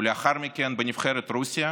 ולאחר מכן בנחרת רוסיה,